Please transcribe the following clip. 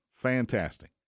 Fantastic